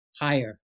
higher